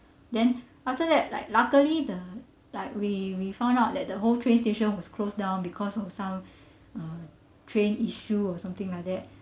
then after that like luckily the like we we found out that the whole train station was closed down because of some uh train issue or something like that